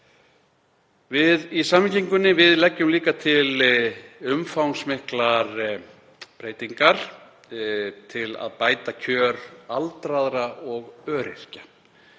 Við í Samfylkingunni leggjum líka til umfangsmiklar breytingar til að bæta kjör aldraðra og öryrkja.